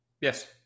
Yes